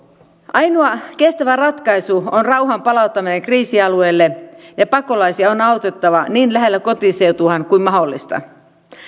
ainoa kestävä ratkaisu on rauhan palauttaminen kriisialueille ja pakolaisia on autettava niin lähellä kotiseutuaan kuin mahdollista